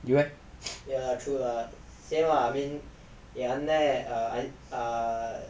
you leh